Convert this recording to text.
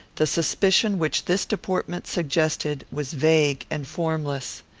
the suspicion which this deportment suggested was vague and formless.